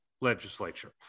legislature